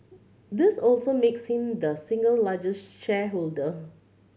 this also makes him the single largest shareholder